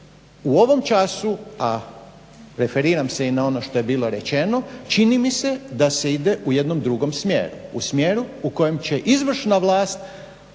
U ovom času a referiram se i na ono što je bilo rečeno, čini mi se da se ide u jednom drugom smjeru. U smjeru u kojem će izvršna vlast